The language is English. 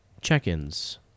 check-ins